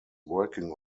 working